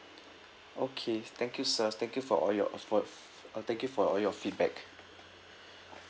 okay thank you sir thank you for all your for f~ uh thank you for all your feedback